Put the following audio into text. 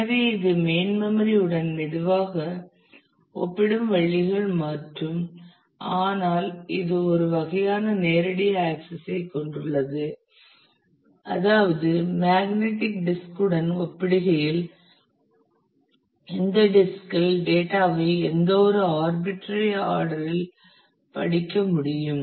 எனவே இது main memory உடன் மெதுவாக ஒப்பிடும் வழிகள் மற்றும் ஆனால் இது ஒரு வகையான நேரடி ஆக்சஸ் ஐ கொண்டுள்ளது அதாவது மேக்னடிக் டிஸ்க் உடன் ஒப்பிடுகையில் இந்த டிஸ்கில் டேட்டா ஐ எந்தவொரு ஆர்பிட்டரரி ஆர்டர் இல் படிக்க முடியும்